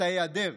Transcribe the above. את ההיעדר,